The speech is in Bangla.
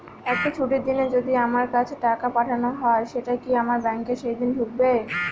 একটি ছুটির দিনে যদি আমার কাছে টাকা পাঠানো হয় সেটা কি আমার ব্যাংকে সেইদিন ঢুকবে?